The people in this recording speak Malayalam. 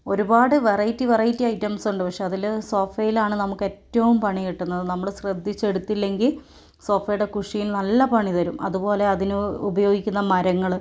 ഒരുപാട് വെറൈറ്റി വെറൈറ്റി ഐറ്റംസ് ഉണ്ട് പക്ഷേ അതില് സോഫയിലാണ് നമുക്ക് ഏറ്റവും പണി കിട്ടുന്നത് നമ്മള് ശ്രദ്ധിച്ച് എടുത്തില്ലെങ്കിൽ സോഫയുടെ കുഷീൻ നല്ല പണി തരും അതുപോലെ അതിന് ഉപയോഗിക്കുന്ന മരങ്ങള്